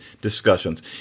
discussions